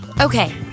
Okay